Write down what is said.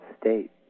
state